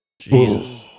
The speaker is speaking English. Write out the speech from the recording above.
Jesus